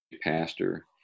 pastor